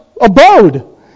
abode